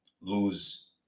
lose